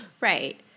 Right